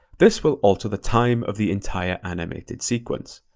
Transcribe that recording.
this will alter the time of the entire animated sequence.